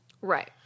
Right